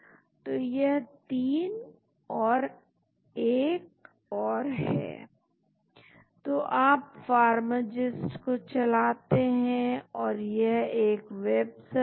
हम उन मॉलिक्यूल को देख सकते हैं ड्रग जैसी विशेषताएं यानी लाइकनेस प्रॉपर्टी जैवउपलब्धता के गुणों की जांच कर सकते हैं और फिर कुछ को छांट कर उनको एक्टिविटी के लिए जांचना शुरू कर सकते हैं